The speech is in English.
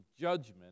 judgment